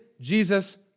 Jesus